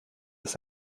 ist